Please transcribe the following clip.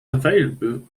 available